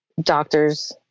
doctors